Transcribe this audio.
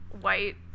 White